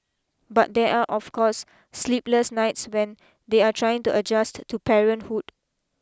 but there are of course sleepless nights when they are trying to adjust to parenthood